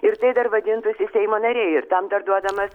ir tai dar vadintųsi seimo nariai ir tam dar duodamas